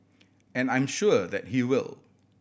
and I'm sure that he will